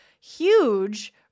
huge